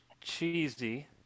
cheesy